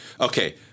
okay